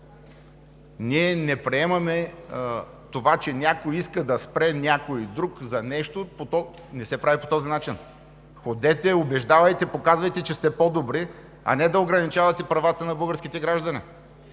Ние не приемаме това, че някой иска да спре някой друг за нещо. Не се прави по този начин. Ходете, убеждавайте, показвайте, че сте по-добри, а не да ограничавате правата на българските граждани.